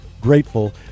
grateful